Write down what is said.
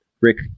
rick